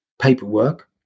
paperwork